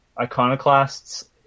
Iconoclasts